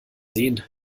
sehen